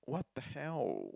what the hell